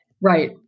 right